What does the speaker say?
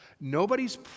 nobody's